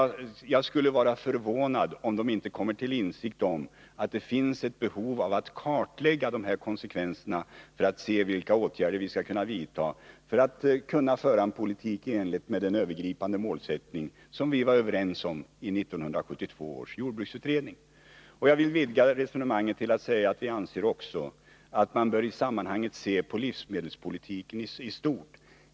Jag skulle bli förvånad om de inte kommer till insikt om att det finns ett behov av att kartlägga dessa konsekvenser för att se vilka åtgärder vi behöver vidta för att kunna föra en politik i enlighet med den övergripande målsättning som vi var överens om i 1972 års jordbruksutredning. Jag vill vidga resonemanget och framhålla att vi också anser att man i sammanhanget bör se på livsmedelspolitiken i stort.